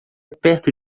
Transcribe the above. perto